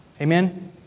amen